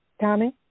Tommy